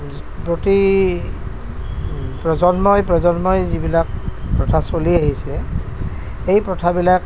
প্ৰতি প্ৰজন্মই প্ৰজন্মই যিবিলাক প্ৰথা চলি আহিছে সেই প্ৰথাবিলাক